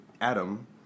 Adam